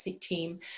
team